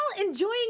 enjoying